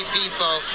people